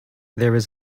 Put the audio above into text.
there